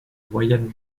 moyennes